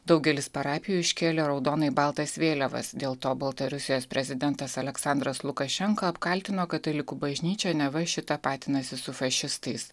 daugelis parapijų iškėlė raudonai baltas vėliavas dėl to baltarusijos prezidentas aleksandras lukašenka apkaltino katalikų bažnyčią neva ši tapatinasi su fašistais